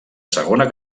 segona